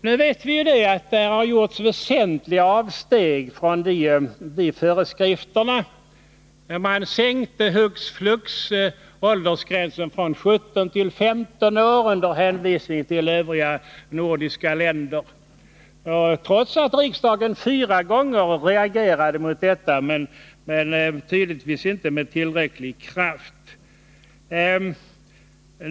Nu vet vi att det har gjorts väsentliga avsteg från föreskrifterna. Man sänkte hux flux åldersgränsen från 17 till 15 år, under hänvisning till övriga nordiska länder, trots att riksdagen fyra gånger reagerade — men tydligtvis inte med tillräcklig kraft. "